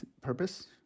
purpose